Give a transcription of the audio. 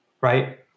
right